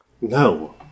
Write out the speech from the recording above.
No